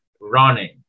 running